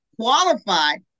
qualified